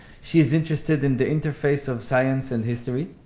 she's interested in the interface of science and history,